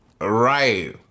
Right